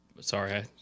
Sorry